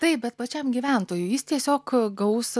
taip bet pačiam gyventojui jis tiesiog gaus